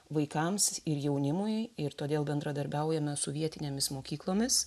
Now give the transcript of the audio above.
vaikams ir jaunimui ir todėl bendradarbiaujame su vietinėmis mokyklomis